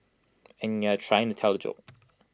and you're trying to tell A joke